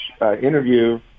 interview